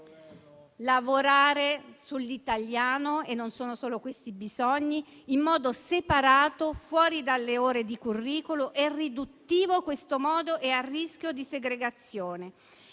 lavorare sull'italiano - e non sono solo questi i bisogni - in modo separato fuori, dalle ore di curricolo: è riduttivo questo modo ed è a rischio di segregazione.